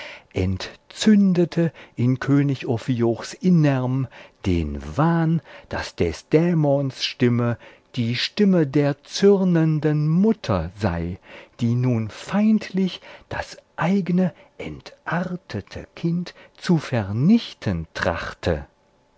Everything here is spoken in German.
entzündete in könig ophiochs innerm den wahn daß des dämons stimme die stimme der zürnenden mutter sei die nun feindlich das eigne entartete kind zu vernichten trachte